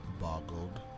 boggled